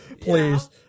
Please